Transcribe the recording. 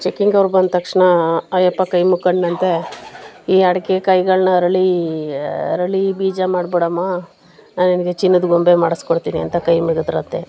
ಚೆಕ್ಕಿಂಗವ್ರು ಬಂದ ತಕ್ಷಣ ಆ ಅಪ್ಪ ಕೈ ಮುಗ್ಕೊಂಡ್ನಂತೆ ಈ ಅಡಿಕೆ ಕಾಯಿಗಳನ್ನ ಅರಳಿ ಅರಳಿ ಬೀಜ ಮಾಡಿಬಿಡಮ್ಮ ನಾನು ನಿನಗೆ ಚಿನ್ನದ ಗೊಂಬೆ ಮಾಡಿಸ್ಕೊಡ್ತೀನಿ ಅಂತ ಕೈ ಮುಗಿದ್ರಂತೆ